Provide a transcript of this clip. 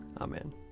Amen